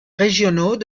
régionaux